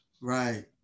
Right